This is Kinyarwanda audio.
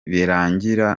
birangira